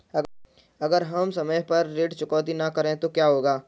अगर हम समय पर ऋण चुकौती न करें तो क्या होगा?